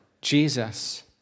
Jesus